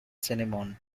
cinnamon